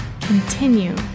continue